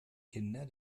kinder